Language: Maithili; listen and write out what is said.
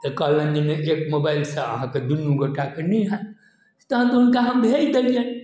तऽ कहलैनि जे नहि एक मोबाइल सऽ अहाँके दुनू गोटा के नहि हैत तहन तऽ हुनका हम भेज देलियनि